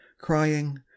crying